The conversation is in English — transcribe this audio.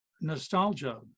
nostalgia